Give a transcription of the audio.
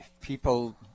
people